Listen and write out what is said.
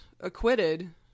acquitted